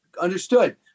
Understood